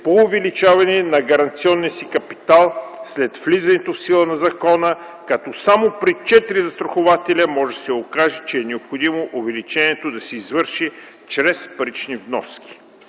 по увеличаване на гаранционния си капитал след влизането в сила на закона, като само при 4 застрахователя може да се окаже, че е необходимо увеличението да се извърши чрез парични вноски.